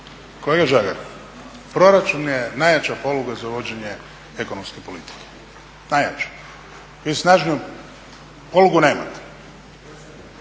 Kolega Žagar, proračun je najjača poluga za uvođenje ekonomske politike, najjača. Vi snažniju polugu nemate.